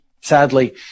sadly